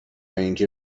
اینکه